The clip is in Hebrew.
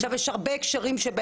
יש הרבה גשרים,